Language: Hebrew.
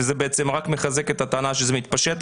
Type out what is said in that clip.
וזה בעצם רק מחזק את הטענה שזה מתפשט,